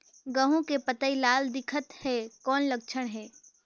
गहूं के पतई लाल दिखत हे कौन लक्षण हे?